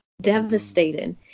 devastated